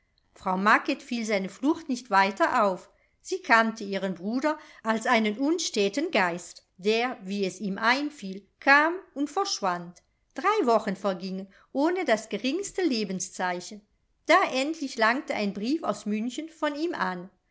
frau macket fiel seine flucht nicht weiter auf sie kannte ihren bruder als einen unstäten geist der wie es ihm einfiel kam und verschwand drei wochen vergingen ohne das geringste lebenszeichen da endlich langte ein brief aus münchen von ihm an